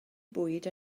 bwyd